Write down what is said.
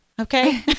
okay